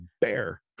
bear